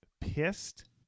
pissed